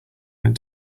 mind